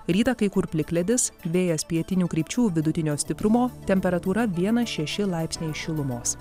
rytą kai kur plikledis vėjas pietinių krypčių vidutinio stiprumo temperatūra dieną šeši laipsniai šilumos